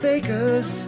Bakers